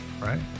Right